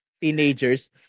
teenagers